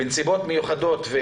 בנסיבות מיוחדות,